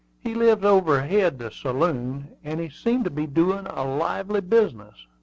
he lives overhead the saloon and he seemed to be doing a lively business.